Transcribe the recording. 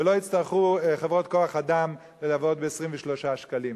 ולא יצטרכו חברות כוח-אדם ולעבוד ב-23 שקלים.